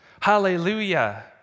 hallelujah